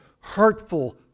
hurtful